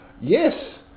Yes